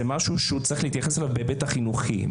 זה משהו שאנחנו צריכים להסתכל עליו בהיבט החינוכי.